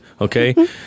Okay